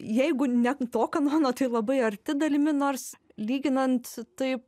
jeigu ne to kanono tai labai arti dalimi nors lyginant tai